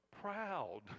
proud